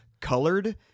colored